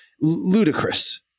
ludicrous